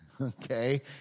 okay